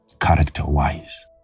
character-wise